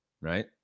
right